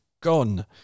gone